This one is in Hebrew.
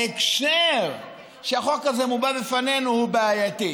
ההקשר הזה שבו החוק הזה מובא בפנינו הוא בעייתי.